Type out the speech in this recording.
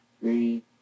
three